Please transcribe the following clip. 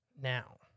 Now